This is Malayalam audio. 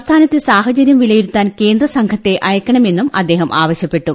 സംസ്ഥാനത്തെ സാഹചര്യം വിലയിരുത്താൻ കേന്ദ്രസംഘത്തെ അയയ്ക്കണമെന്നും അദ്ദേഹം ആവശ്യപ്പെട്ടു